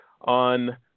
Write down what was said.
on